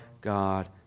God